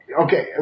Okay